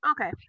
Okay